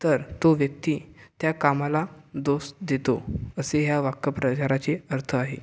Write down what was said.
तर तो व्यक्ती त्या कामाला दोष देतो असे या वाक्यप्रचाराचा अर्थ आहे